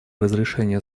разрешение